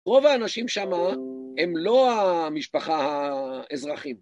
רוב האנשים שמה הם לא המשפחה האזרחית.